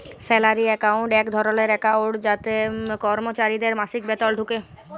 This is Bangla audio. স্যালারি একাউন্ট এক ধরলের একাউন্ট যাতে করমচারিদের মাসিক বেতল ঢুকে